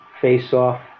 face-off